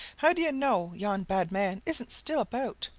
how do you know yon bad man isn't still about?